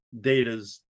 data's